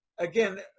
Again